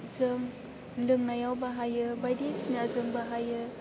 जों लोंनायाव बाहायो बायदिसिना जों बाहायो